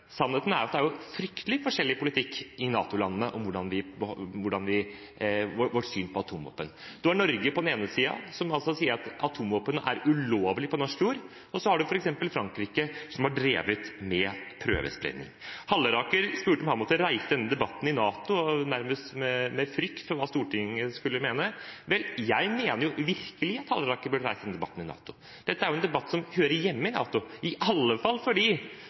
Sannheten er at det er fryktelig forskjellig politikk i NATO-landene om synet på atomvåpen. Du har Norge på den ene siden, som sier at atomvåpen er ulovlig på norsk jord, og så har du f.eks. Frankrike, som har drevet med prøvesprengning. Halleraker spurte om han måtte reise denne debatten i NATO, nærmest med frykt for hva Stortinget skulle mene. Vel, jeg mener jo virkelig at Halleraker burde reise denne debatten i NATO. Dette er en debatt som hører hjemme i NATO,